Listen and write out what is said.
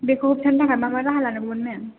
बेखौ होबथानो थाखाय मा मा राहा लानांगौमोन मेम